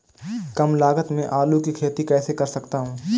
कम लागत में आलू की खेती कैसे कर सकता हूँ?